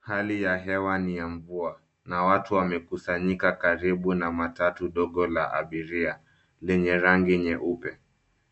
Hali ya hewa ni ya mvua na watu wamekusanyika karibu na matatu dogo la abiria lenye rangi nyeupe